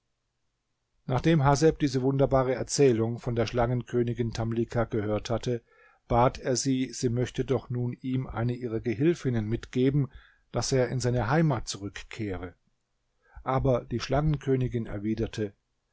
nachdem haseb diese wunderbare erzählung von der schlangenkönigin tamlicha gehört hatte bat er sie sie möchte doch nun ihm eine ihrer gehilfinnen mitgeben daß er in seine heimat zurückkehre aber die schlangenkönigin erwiderte